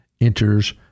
enters